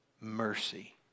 mercy